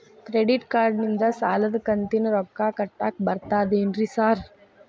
Credit ಕಾರ್ಡನಿಂದ ಸಾಲದ ಕಂತಿನ ರೊಕ್ಕಾ ಕಟ್ಟಾಕ್ ಬರ್ತಾದೇನ್ರಿ ಸಾರ್?